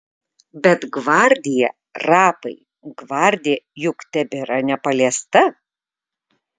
bet gvardija rapai gvardija juk tebėra nepaliesta